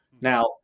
Now